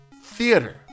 Theater